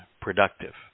productive